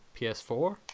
PS4